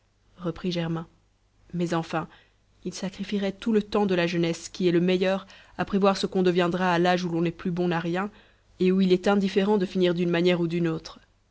reprit germain mais enfin ils sacrifieraient tout le temps de la jeunesse qui est le meilleur à prévoir ce qu'on deviendra à l'âge où l'on n'est plus bon à rien et où il est indifférent de finir d'une manière ou d'une autre